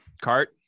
Cart